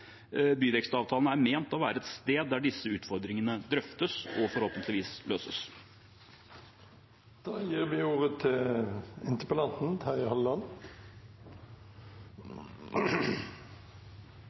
Byvekstavtalen er ment å være et sted der disse utfordringene drøftes og forhåpentligvis